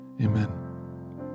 Amen